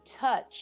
touch